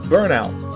Burnout